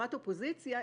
חברת אופוזיציה,